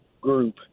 group